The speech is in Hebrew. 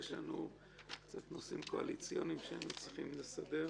יש לנו קצת נושאים קואליציוניים שהיינו צריכים לסדר.